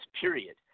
period